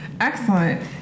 Excellent